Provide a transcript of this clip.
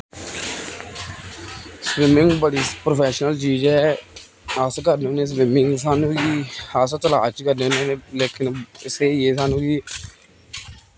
swimming बड़ी professional चीज ऐ अस करने होने आं स्विमिंग सानूं बी अस तलाऽ च करने होने लेकिन एह् स्हेई ऐ सानूं की